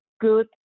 good